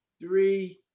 three